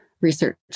research